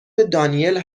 دانیل